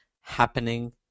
happening